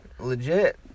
legit